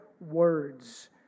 words